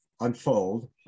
unfold